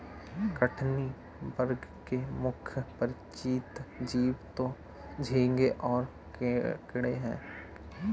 कठिनी वर्ग के मुख्य परिचित जीव तो झींगें और केकड़े हैं